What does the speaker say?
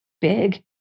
big